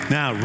Now